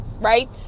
right